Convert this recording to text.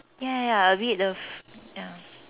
ya ya a bit the ya